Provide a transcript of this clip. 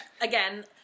again